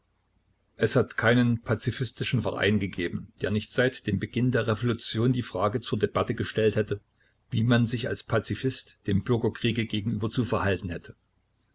es hat keinen pazifistischen verein gegeben der nicht seit dem beginn der revolution die frage zur debatte gestellt hätte wie man sich als pazifist dem bürgerkriege gegenüber zu verhalten hätte